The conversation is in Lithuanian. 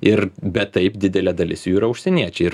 ir bet taip didelė dalis jų yra užsieniečiai ir